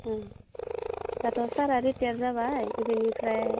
औ दाथ' सारआ रिटायार जाबाय बेनिफ्राय